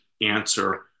answer